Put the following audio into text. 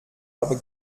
aber